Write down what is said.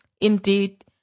Indeed